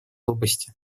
области